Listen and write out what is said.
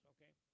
Okay